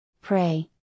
pray